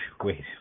Wait